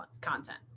content